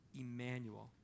Emmanuel